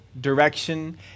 direction